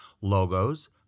logos